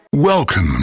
Welcome